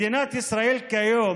מדינת ישראל כיום